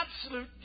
absolute